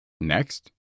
Next